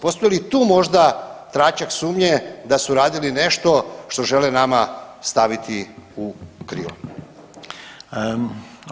Postoji li tu možda tračak sumnje da su radili nešto što žele nama staviti u krilo?